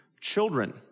Children